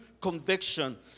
conviction